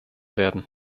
werden